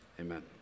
amen